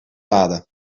lade